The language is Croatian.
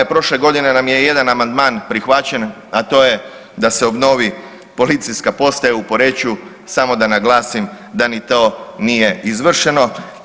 Prošle godine nam je jedan amandman prihvaćen, a to je da se obnovi Policijska postaja u Poreču, samo da naglasim da ni to nije izvršeno.